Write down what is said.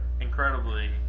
Incredibly